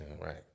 Right